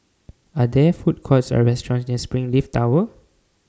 Are There Food Courts Or restaurants near Springleaf Tower